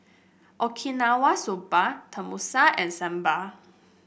Okinawa Soba Tenmusu and Sambar